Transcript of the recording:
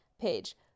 page